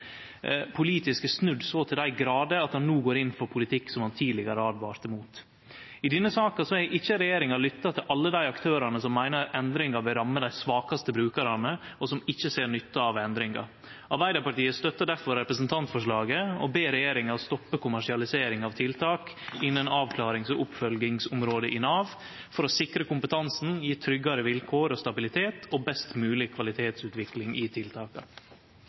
politisk har snudd så til dei grader at han no går inn for politikk som han tidlegare åtvara mot. I denne saka har ikkje regjeringa lytta til alle dei aktørane som meiner endringar vil ramme dei svakaste brukarane, og som ikkje ser nytte av endringa. Arbeidarpartiet støttar derfor representantforslaget og ber regjeringa stoppe kommersialisering av tiltak innan avklarings- og oppfølgingsområdet i Nav, for å sikre kompetansen, gje tryggare vilkår og stabilitet og best mogleg kvalitetsutvikling i tiltaka.